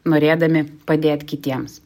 norėdami padėt kitiems